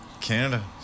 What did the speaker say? Canada